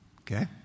Okay